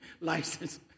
license